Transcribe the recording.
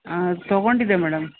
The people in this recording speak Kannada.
ಹಾಂ ತೊಗೊಂಡಿದ್ದೆ ಮೇಡಮ್